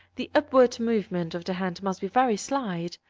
the upward movement of the hand must be very slight.